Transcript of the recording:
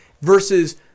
versus